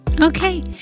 Okay